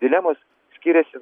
dilemos skiriasi